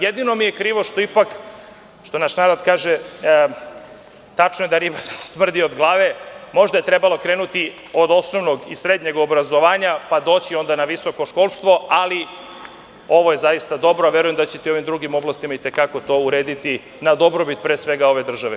Jedino mi je krivo što ipak, što reče naš narod – tačno je da riba smrdi od glave, ali, možda je trebalo krenuti od osnovnog i srednjeg obrazovanja pa tek onda doći na visoko školstvo, ali, ovo je zaista dobro i verujem da ćete i ove druge oblasti urediti, na dobrobit pre svega ove države.